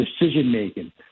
decision-making